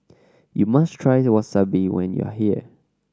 you must try Wasabi when you are here